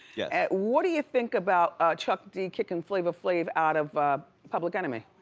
yeah and what do you think about chuck d kickin' flavor flav out of public enemy?